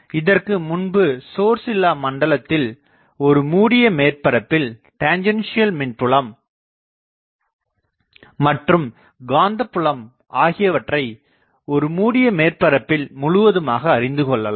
இதற்கு முன்பு சோர்ஸ் இல்லா மண்டலத்தில் ஒரு மூடிய மேற்பரப்பில் டெஞ்ச்ஸன்சியல் மின்புலம் மற்றும் காந்தப்புலம் ஆகியவற்றை ஒரு மூடிய மேற்பரப்பில் முழுவதுமாக அறிந்து கொள்ளலாம்